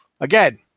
Again